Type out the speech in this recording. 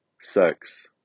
sex